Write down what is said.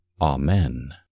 Amen